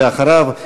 ואחריו,